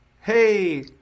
Hey